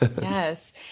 Yes